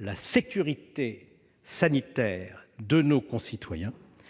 la sécurité sanitaire de nos concitoyens,